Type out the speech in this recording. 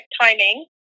timing